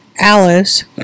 Alice